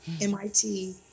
MIT